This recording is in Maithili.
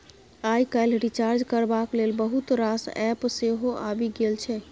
आइ काल्हि रिचार्ज करबाक लेल बहुत रास एप्प सेहो आबि गेल छै